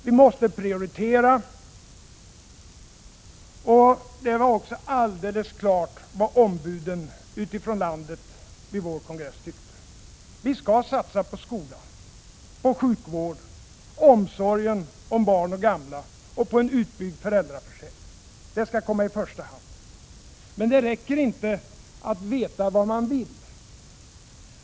Vi måste prioritera. Och det var också alldeles klart vad ombuden utifrån landet vid vår kongress tyckte. Vi skall satsa på skolan, sjukvården, omsorgen om barn och gamla och på en utbyggd föräldraförsäkring. Detta skall komma i första hand. Men det räcker inte att veta vad man vill.